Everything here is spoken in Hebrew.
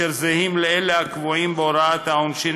שהם זהים לאלה הקבועים בהוראת העונשין